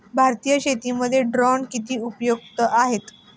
भारतीय शेतीमध्ये ड्रोन किती उपयुक्त आहेत?